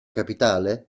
capitale